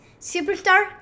Superstar